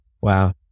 wow